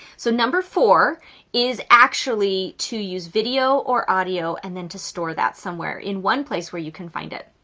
so number four is actually to use video or audio and then to store that somewhere in one place where you can find it.